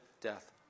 death